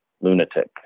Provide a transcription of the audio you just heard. lunatic